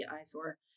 eyesore